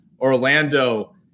Orlando